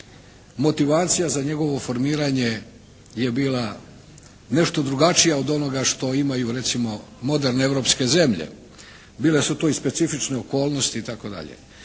Motivacija za njegovo formiranje je bila nešto drugačija od onoga što imaju recimo moderne europske zemlje. Bile su to i specifične okolnosti i